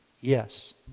Yes